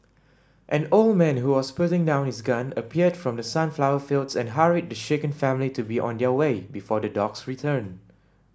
an old man who was putting down his gun appeared from the sunflower fields and hurried the shaken family to be on their way before the dogs return